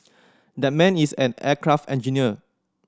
that man is an aircraft engineer